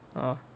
ah